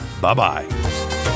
Bye-bye